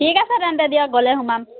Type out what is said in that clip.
ঠিক আছে তেন্তে দিয়ক গ'লে সোমাম